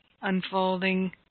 unfolding